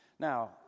Now